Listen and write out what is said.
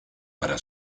para